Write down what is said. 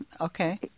okay